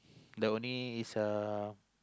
the only is a